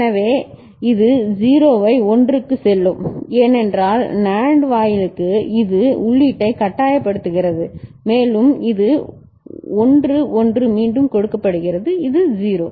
எனவே இது 0 ஐ 1 க்குச் செல்லும் ஏனென்றால் NAND வாயிலுக்கு இது உள்ளீட்டை கட்டாயப்படுத்துகிறது மேலும் இது 1 1 மீண்டும் கொடுக்கப்படுகிறது இது 0